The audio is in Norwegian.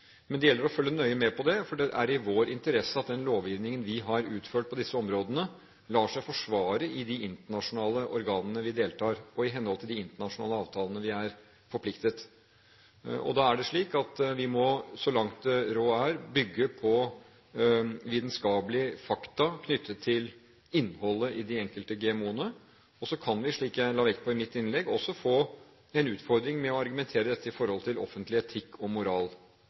Men det gjelder å følge nøye med på det, for det er i vår interesse at den lovgivningen vi har utført på disse områdene, lar seg forsvare i de internasjonale organene vi deltar i, og i henhold til de internasjonale avtalene vi er forpliktet på. Da er det slik at vi må, så langt råd er, bygge på vitenskapelige fakta knyttet til innholdet i de enkelte GMO-ene. Så kan vi – slik jeg la vekt på i mitt innlegg – også få en utfordring med å argumentere for dette i forhold til offentlig etikk og moral.